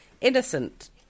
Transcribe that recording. innocent